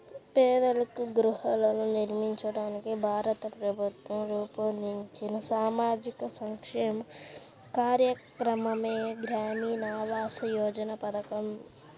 పేదలకు గృహాలను నిర్మించడానికి భారత ప్రభుత్వం రూపొందించిన సామాజిక సంక్షేమ కార్యక్రమమే గ్రామీణ ఆవాస్ యోజన పథకం